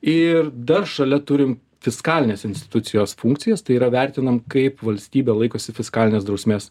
ir dar šalia turim fiskalinės institucijos funkcijas tai yra vertinam kaip valstybė laikosi fiskalinės drausmės